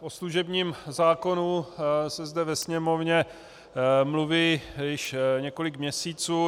O služebním zákonu se zde ve Sněmovně mluví již několik měsíců.